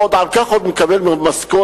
ועוד על כך לקבל משכורת.